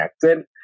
connected